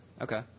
Okay